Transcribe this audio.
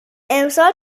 امسال